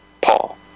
Paul